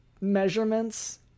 measurements